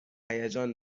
هیجان